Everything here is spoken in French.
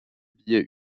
billets